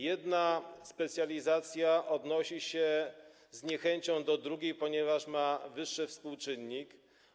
Jedna specjalizacja odnosi się z niechęcią do drugiej, ponieważ ma wyższy współczynnik.